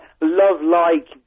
love-like